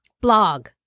Blog